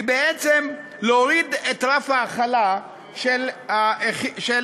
היא להוריד את רף ההחלה של חינוך